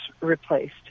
replaced